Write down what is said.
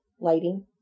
lighting